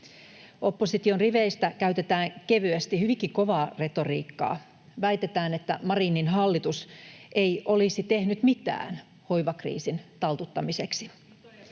Opposition riveistä käytetään kevyesti hyvinkin kovaa retoriikkaa: väitetään, että Marinin hallitus ei olisi tehnyt mitään hoivakriisin taltuttamiseksi.